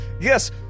yes